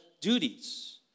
duties